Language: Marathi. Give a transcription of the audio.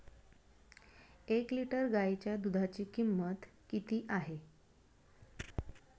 एक लिटर गाईच्या दुधाची किंमत किती आहे?